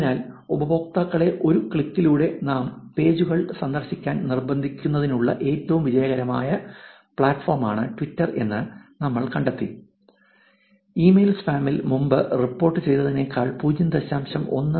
അതിനാൽ ഉപയോക്താക്കളെ ഒരു ക്ലിക്കിലൂടെ സ്പാം പേജുകൾ സന്ദർശിക്കാൻ നിർബന്ധിതമാക്കുന്നതിനുള്ള ഏറ്റവും വിജയകരമായ പ്ലാറ്റ്ഫോമാണ് ട്വിറ്റർ എന്ന് നമ്മൾ കണ്ടെത്തി ഇമെയിൽ സ്പാമിൽ മുമ്പ് റിപ്പോർട്ടുചെയ്തതിനേക്കാൾ 0